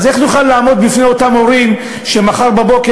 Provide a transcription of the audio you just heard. ואז איך נוכל לעמוד בפני אותם הורים שמחר בבוקר,